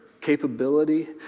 capability